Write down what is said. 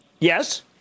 Yes